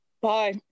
Bye